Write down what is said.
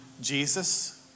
Jesus